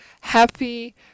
happy